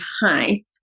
height